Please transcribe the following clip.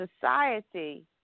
society